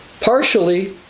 partially